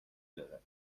داره